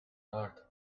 earth